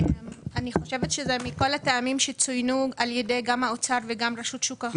אני חושבת שזה מכל הטעמים שצוינו על ידי משרד האוצר ורשות שוק ההון.